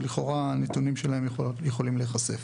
שלכאורה הנתונים שלהן יכולים להיחשף.